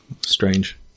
Strange